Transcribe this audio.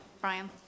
Brian